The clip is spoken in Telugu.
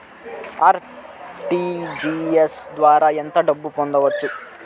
ఆర్.టీ.జి.ఎస్ ద్వారా ఎంత డబ్బు పంపొచ్చు?